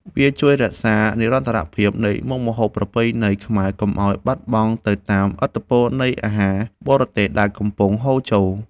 វាជួយរក្សានិរន្តរភាពនៃមុខម្ហូបប្រពៃណីខ្មែរ កុំឱ្យបាត់បង់ទៅតាមឥទ្ធិពលនៃអាហារបរទេសដែលកំពុងហូរចូល។